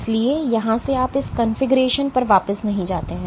इसलिए यहां से आप इस कॉन्फ़िगरेशन पर वापस नहीं जाते हैं